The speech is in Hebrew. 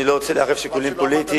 אני לא רוצה לערב שיקולים פוליטיים,